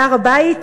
בהר-הבית?